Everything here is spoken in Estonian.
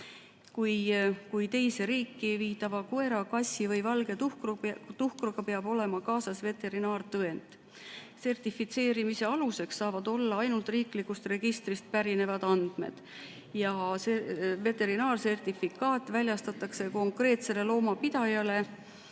kuid teise riiki viidava koera, kassi või valge tuhkruga peab olema kaasas veterinaartõend. Sertifitseerimise aluseks saavad olla ainult riiklikust registrist pärinevad andmed. Veterinaarsertifikaat väljastatakse konkreetsele loomapidajale,